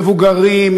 מבוגרים,